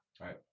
right